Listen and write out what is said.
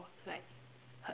like